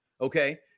okay